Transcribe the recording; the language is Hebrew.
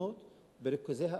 לבנות בריכוזי האוכלוסייה?